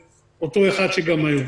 אותו אחד שהוא גם היום.